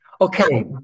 Okay